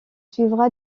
suivra